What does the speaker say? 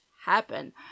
happen